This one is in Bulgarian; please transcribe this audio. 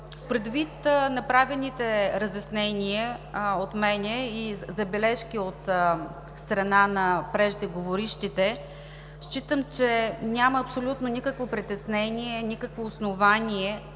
Предвид направените разяснения от мен и забележки от страна на преждеговорившите, считам, че няма абсолютно никакво притеснение, никакво основание